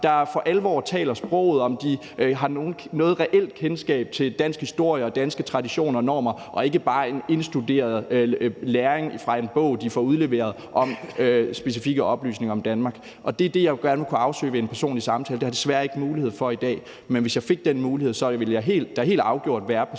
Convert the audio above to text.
der for alvor taler sproget; og om de har noget reelt kendskab til dansk historie, danske traditioner og normer og ikke bare en indstuderet læring fra en bog, de får udleveret, med specifikke oplysninger om Danmark. Det er det, jeg gerne ville kunne afsøge ved en personlig samtale. Det har jeg desværre ikke mulighed for i dag, men hvis jeg fik den mulighed, ville der helt afgjort være personer